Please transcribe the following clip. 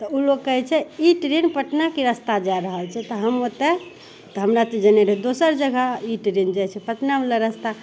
तऽ ओ लोग कहै छै ई ट्रेन पटनाके रस्ता जा रहल छै तऽ हम ओते तऽ हमरा तऽ जेनाइ रहै दोसर जगह ई ट्रेन जाइ छै पटना बला रस्ता